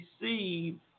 receive